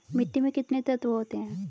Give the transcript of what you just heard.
मिट्टी में कितने तत्व होते हैं?